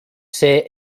see